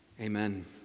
Amen